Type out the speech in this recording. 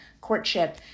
courtship